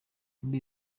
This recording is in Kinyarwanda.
muri